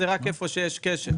זה רק היכן שיש כשל.